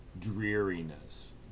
dreariness